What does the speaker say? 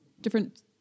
different